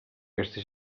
aquesta